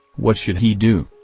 what should he do?